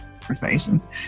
conversations